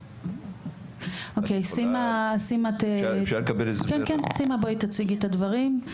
אוקיי, סימה, בואי תציגי את הדברים.